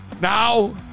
Now